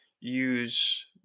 use